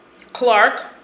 Clark